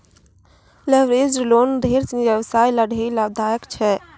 leveraged loan ढेर सिनी व्यवसायी ल ढेरी लाभदायक छै